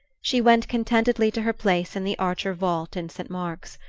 she went contentedly to her place in the archer vault in st. mark's,